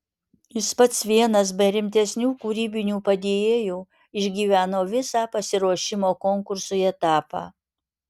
jis pats vienas be rimtesnių kūrybinių padėjėjų išgyveno visą pasiruošimo konkursui etapą